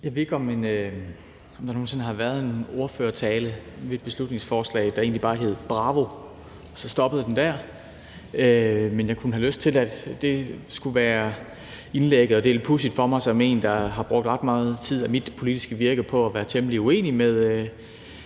Jeg ved ikke, om der nogen sinde har været en ordførertale ved et beslutningsforslag, hvor det egentlig bare lød »bravo«, og den så stoppede der. Men jeg kunne have lyst til, at det skulle være indlægget, og det er lidt pudsigt for mig som en, der har brugt ret meget tid i mit politiske virke på at være temmelig uenig med